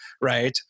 right